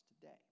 today